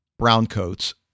Browncoats